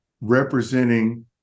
representing